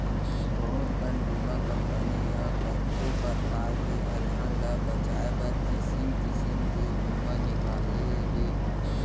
बहुत कन बीमा कंपनी ह कतको परकार के अलहन ल बचाए बर किसिम किसिम के बीमा निकाले हे